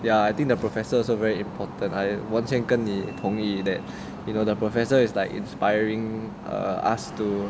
ya I think the professors are very important I 完全跟你同意 that you know the professor is like inspiring err us to